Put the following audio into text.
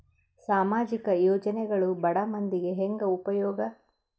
ಸಾಮಾಜಿಕ ಯೋಜನೆಗಳು ಬಡ ಮಂದಿಗೆ ಹೆಂಗ್ ಉಪಯೋಗ?